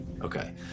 okay